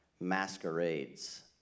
masquerades